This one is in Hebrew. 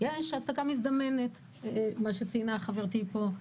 יש העסקה מזדמנת כמו שציינה חברתי פה.